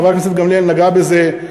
חברת הכנסת גמליאל גם נגעה בזה.